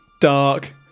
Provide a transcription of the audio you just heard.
dark